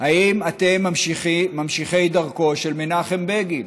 האם אתם ממשיכי דרכו של מנחם בגין?